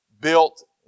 built